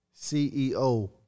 ceo